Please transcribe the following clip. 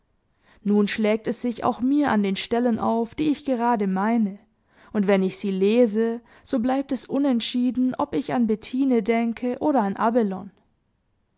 nun schlägt es sich auch mir an den stellen auf die ich gerade meine und wenn ich sie lese so bleibt es unentschieden ob ich an bettine denke oder an